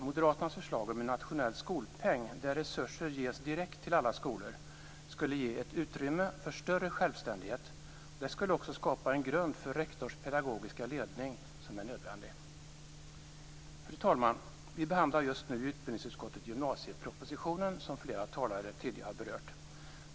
Moderaternas förslag om en nationell skolpeng, där resurser ges direkt till alla skolor, skulle ge ett utrymme för större självständighet. Förslaget skulle också skapa en nödvändig grund för rektorns pedagogiska ledning. Fru talman! Vi behandlar just nu i utbildningsutskottet gymnasiepropositionen, som flera talare har berört tidigare.